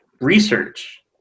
research